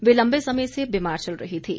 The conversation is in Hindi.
वे लंबे समय से बीमार चल रही थीं